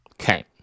Okay